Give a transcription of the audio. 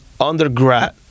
undergrad